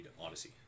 Odyssey